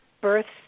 births